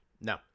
No